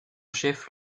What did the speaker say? chef